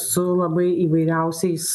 su labai įvairiausiais